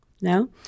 No